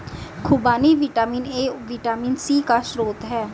खूबानी vitamin A और vitamin C का स्रोत है